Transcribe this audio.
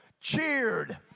cheered